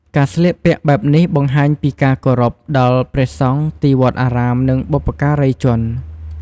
ការស្លៀកពាក់បែបនេះបង្ហាញពីការគោរពដល់ព្រះសង្ឃ ទីវត្តអារាម និងបុព្វការីជន។